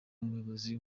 umuyobozi